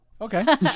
Okay